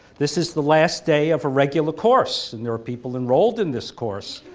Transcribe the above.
this is the last day of a regular course and there are people enrolled in this course